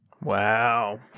Wow